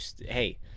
Hey